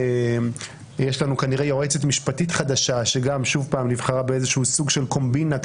יש לנו כנראה יועצת משפטית חדשה ששוב נבחרה באיזשהו סוג של קומבינה,